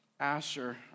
Asher